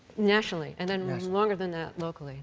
nationally, and then longer than that locally